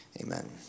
amen